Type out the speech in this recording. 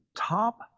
top